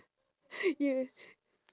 you